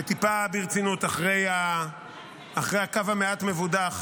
וטיפה רצינות אחרי הקו המעט מבודח.